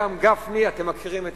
קם גפני, אתם מכירים את